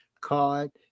card